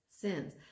sins